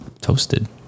toasted